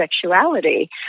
sexuality